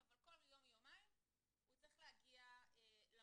אבל כל יום או יומיים הוא צריך להגיע למרפאה,